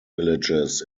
villages